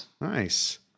Nice